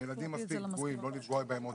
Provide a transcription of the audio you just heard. הילדים מספיק פגועים, לא לפגוע בהם עוד יותר.